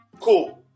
Cool